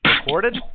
recorded